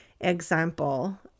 example